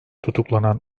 tutuklanan